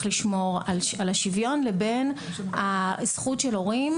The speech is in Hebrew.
לשמור על השוויון לבין הזכות של הורים,